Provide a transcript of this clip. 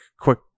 quick